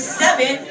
seven